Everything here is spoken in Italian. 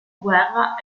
guerra